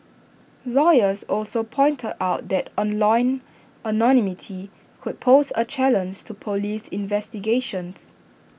lawyers also pointed out that online anonymity could pose A challenge to Police investigations